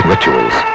Rituals